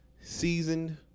seasoned